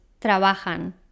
trabajan